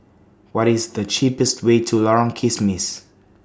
What IS The cheapest Way to Lorong Kismis